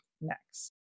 next